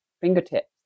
fingertips